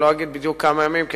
אני לא אגיד כמה ימים בדיוק,